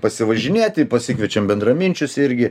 pasivažinėti pasikviečiam bendraminčius irgi